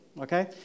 okay